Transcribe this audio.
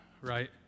right